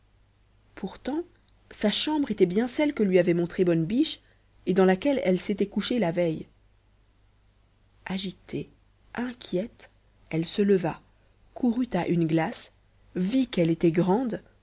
pourtant sa chambre était bien celle que lui avait montrée bonne biche et dans laquelle elle s'était couchée la veille agitée inquiète elle se leva courut à une glace vit qu'elle était grande